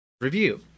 Review